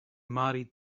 married